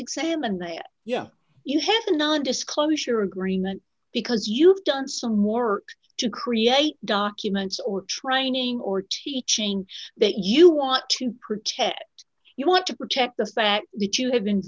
examine a yeah you have a nondisclosure agreement because you've done some more to create documents or training or teaching that you want to protect you want to protect the sat the two have been